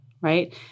right